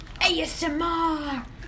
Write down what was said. ASMR